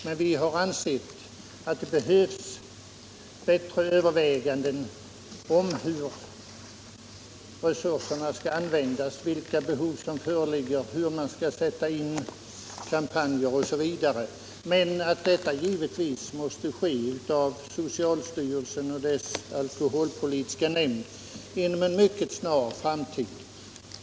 Men vi har ansett att det behövs bättre överväganden av hur resurserna skall användas, vilka behov som föreligger och hur man skall sätta in kampanjer m.m. och att detta givetvis måste göras av socialstyrelsen och dess alkoholpolitiska nämnd inom en mycket snar framtid.